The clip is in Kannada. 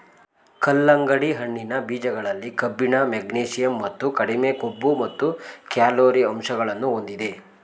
ಕಲ್ಲಂಗಡಿ ಹಣ್ಣಿನ ಬೀಜಗಳಲ್ಲಿ ಕಬ್ಬಿಣ, ಮೆಗ್ನೀಷಿಯಂ ಮತ್ತು ಕಡಿಮೆ ಕೊಬ್ಬು ಮತ್ತು ಕ್ಯಾಲೊರಿ ಅಂಶಗಳನ್ನು ಹೊಂದಿದೆ